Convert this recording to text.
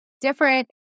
different